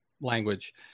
language